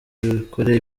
bikore